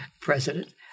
president